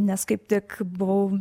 nes kaip tik buvau